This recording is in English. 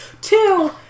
Two